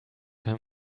him